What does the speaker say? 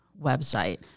website